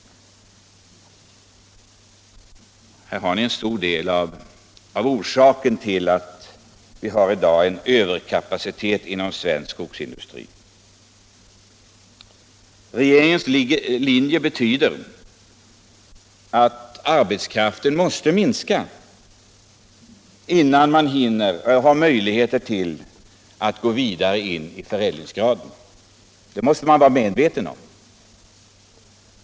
Här har ni en stor del av orsaken till att vi i dag har en överkapacitet inom svensk skogsindustri. Regeringens linje betyder att arbetskraften måste minska innan det finns möjligheter att gå vidare in i förädlingsgraden. Det måste vi vara medvetna om.